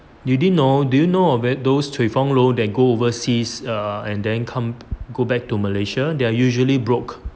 you didn't know do you know of it those cui feng lou that go overseas ah and then come go back to malaysia they are usually broke